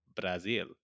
Brazil